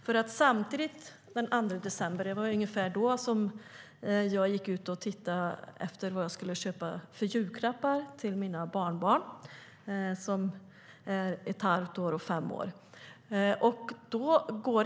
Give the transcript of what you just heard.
Ungefär samtidigt som det här skrevs gick jag ut och tittade efter julklappar till mina barnbarn som är ett halvt år och fem år gamla.